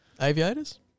Aviators